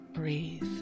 Breathe